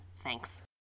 thanks